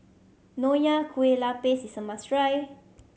Nonya Kueh Lapis is a must try